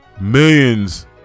millions